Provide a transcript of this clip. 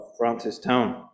Francistown